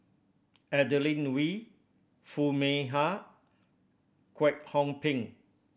Adeline Ooi Foo Mee Har Kwek Hong Png